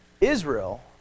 Israel